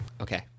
okay